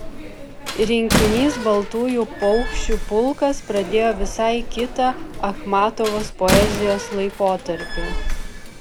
rinkinys baltųjų paukščių pulkas pradėjo visai kitą achmatovos poezijos laikotarpį